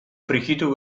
frijitu